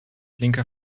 linker